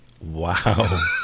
Wow